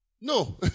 No